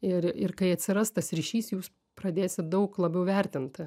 ir ir kai atsiras tas ryšys jūs pradėsit daug labiau vertint